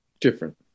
different